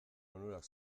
onurak